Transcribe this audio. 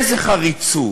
איזו חריצות,